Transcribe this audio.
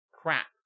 crap